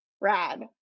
rad